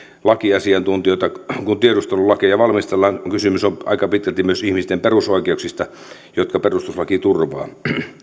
lakiasiantuntijoita kun tiedustelulakeja valmistellaan kun kysymys on aika pitkälti myös ihmisten perusoikeuksista jotka perustuslaki turvaa